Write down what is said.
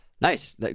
Nice